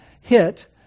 hit